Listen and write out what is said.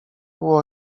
było